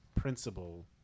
Principle